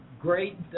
great